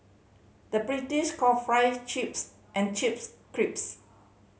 the British call fry chips and chips